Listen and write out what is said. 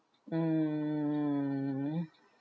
mm